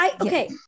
Okay